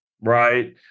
right